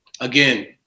again